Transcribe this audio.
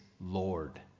Lord